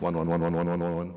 one on one on one on on